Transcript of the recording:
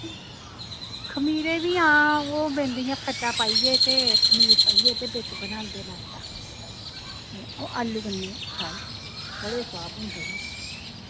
खमीरे बी हां ओह् बनदे इ'यां खट्टा पाइयै ते खमीर पाइयै ते बिच्च बनांदे न आटा ते ओह् आलू कन्नै खाई सकदे बड़े सोआद होंदे न